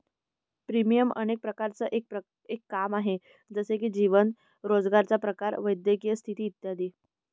premium अनेक प्रकारांचं एक काम आहे, जसे की जीवन, रोजगाराचा प्रकार, वैद्यकीय स्थिती इत्यादी